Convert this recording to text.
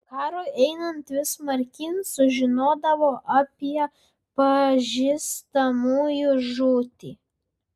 karui einant vis smarkyn sužinodavo apie pažįstamųjų žūtį